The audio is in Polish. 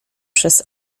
przez